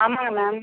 ஆமாங்க மேம்